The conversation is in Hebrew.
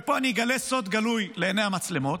ופה אני אגלה סוד גלוי לעיני המצלמות,